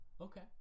okay